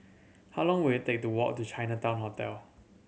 how long will it take to walk to Chinatown Hotel